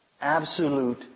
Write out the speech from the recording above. absolute